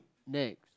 next